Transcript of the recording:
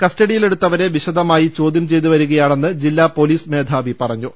കസ്റ്റഡിയിലെടുത്ത വരെ വിശദമായി ചോദ്യം ചെയ്തുവരികയാണെന്ന് ജില്ലാ പൊലീസ് മേധാവി പറഞ്ഞു